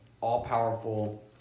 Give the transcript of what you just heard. all-powerful